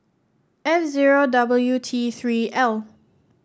F zero W T Three L